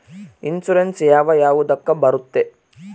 Insurance ಯಾವ ಯಾವುದಕ್ಕ ಬರುತ್ತೆ?